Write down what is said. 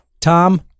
Tom